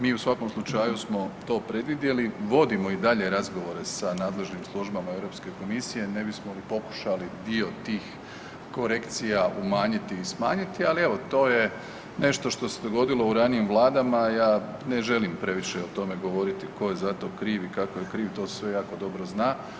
Mi u svakom slučaju smo to predvidjeli, vodimo i dalje razgovore sa nadležnim službama EU komisije ne bismo li pokušali dio tih korekcija umanjiti i smanjiti, ali evo, to je nešto što se dogodilo u ranijim vladama, ja ne želim previše o tome govoriti tko je za to kriv i kako je kriv, to se jako dobro zna.